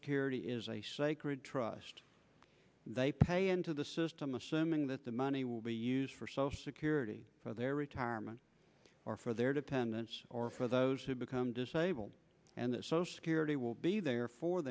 security is a sacred trust they pay into the system assuming that the money will be used for social security for their retirement or for their dependents or for those who become disabled and that social security will be there for